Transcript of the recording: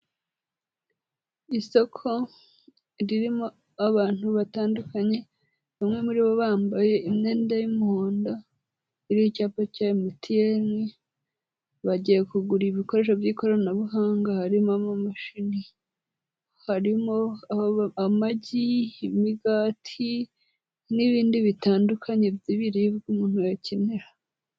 Isoko ririmo abantu batandukanye, bamwe muri bo bambaye imyenda y'umuhondo, iriho icyapa cya MTN, bagiye kugura ibikoresho by'ikoranabuhanga, harimo amamashini, harimo amagi, imigati n'ibindi bitandukanye by'ibiribwa umuntu yakenera.